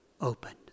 opened